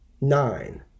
nine